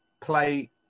play